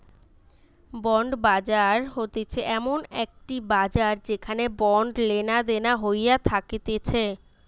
bond বাজার হতিছে এমন একটি বাজার যেখানে বন্ড লেনাদেনা হইয়া থাকতিছে